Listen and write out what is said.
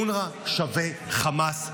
אונר"א שווה חמאס.